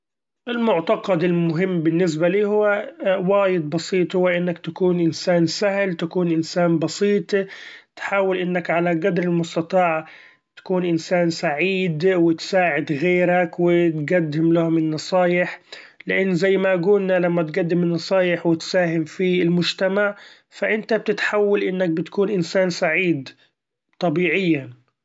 المعتقد المهم بالنسبة لي هو وايد بسيط; هو إنك تكون إنسإن سهل تكون إنسإن بسيط، تحأول إنك علي قدر المستطاع تكون إنسإن سعيد وتساعد غيرك وتقدم لهم النصايح ،لإن زي ما قولنا لما تقدم النصايح وتساهم في المجتمع ف إنت بتتحول إنك بتكون إنسإن سعيد طبيعيا!